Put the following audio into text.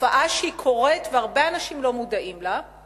תופעה שקורית והרבה אנשים לא מודעים לה היא